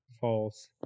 False